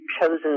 chosen